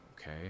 okay